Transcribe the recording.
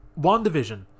WandaVision